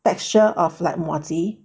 texture of like muah-chee